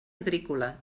agrícola